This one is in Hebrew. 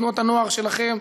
תנועות-הנוער שלכם,